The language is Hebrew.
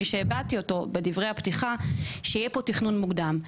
שהבעתי אותו בדברי הפתיחה שיהיה פה תכנון מוקדם.